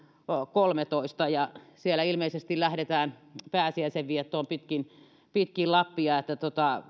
kolmetoista ja siellä ilmeisesti lähdetään pääsiäisenviettoon pitkin pitkin lappia